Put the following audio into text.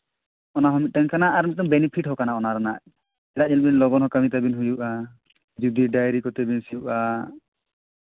ᱚᱱᱟ ᱦᱚᱸ ᱢᱤᱫᱴᱮᱱ ᱠᱟᱱᱟ ᱟᱨ ᱢᱤᱫᱴᱮᱱ ᱵᱮᱱᱤᱯᱷᱤᱴ ᱦᱚᱸ ᱠᱟᱱᱟ ᱚᱱᱟ ᱨᱮᱱᱟᱜ ᱪᱮᱫᱟᱜ ᱧᱮᱞ ᱵᱤᱱ ᱞᱚᱜᱚᱱ ᱦᱚᱸ ᱠᱟᱹᱢᱤ ᱛᱟᱵᱤᱱ ᱦᱩᱭᱩᱜᱼᱟ ᱡᱩᱫᱤ ᱰᱟᱝᱨᱤ ᱠᱚᱛᱮ ᱵᱤᱱ ᱥᱤᱭᱳᱜᱼᱟ